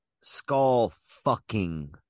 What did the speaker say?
Skull-fucking